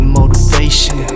motivation